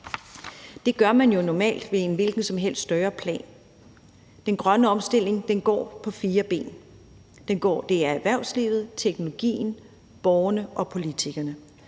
Det gør man jo normalt ved en hvilken som helst større plan. Den grønne omstilling går på fire ben. Det er erhvervslivet, teknologien, borgerne og politikerne.